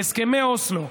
בהסכמי אוסלו,